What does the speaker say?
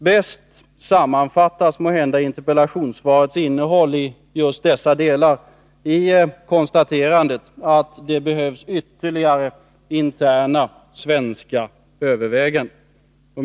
Bäst sammanfattas måhända interpellationssvarets innehåll i just dessa delar i konstaterandet att det behövs ytterligare interna svenska överväganden.